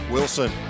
Wilson